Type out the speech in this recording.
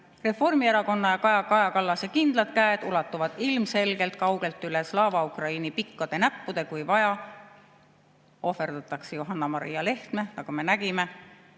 Reformierakonna ja Kaja Kallase kindlad käed ulatuvad ilmselgelt kaugelt üle Slava Ukraini pikkade näppude. Kui vaja, ohverdatakse Johanna-Maria Lehtme, nagu me nägime.